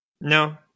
No